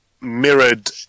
mirrored